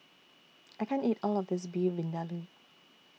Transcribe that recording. I can't eat All of This Beef Vindaloo